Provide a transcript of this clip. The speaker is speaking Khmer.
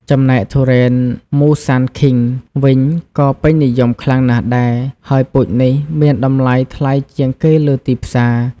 ចំណែកទុរេនមូសាន់ឃីង វិញក៏ពេញនិយមខ្លាំងណាស់ដែរ ហើយពូជនេះមានតម្លៃថ្លៃជាងគេលើទីផ្សារ។